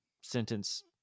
sentence